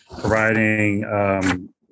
providing